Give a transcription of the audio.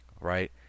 Right